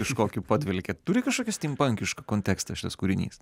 kažkokiu padvelkė turi kažkokį stympankišką kontekstą šis kūrinys